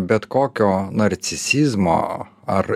bet kokio narcisizmo ar